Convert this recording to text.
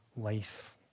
life